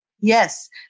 Yes